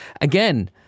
again